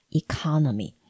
economy